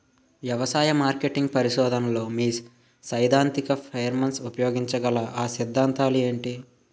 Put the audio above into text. వ్యవసాయ మార్కెటింగ్ పరిశోధనలో మీ సైదాంతిక ఫ్రేమ్వర్క్ ఉపయోగించగల అ సిద్ధాంతాలు ఏంటి?